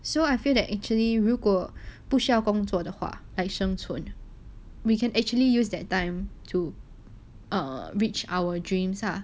so I feel that actually 如果不需要工作的话 like 生存 we can actually use that time to err reach our dreams ah